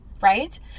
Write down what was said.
Right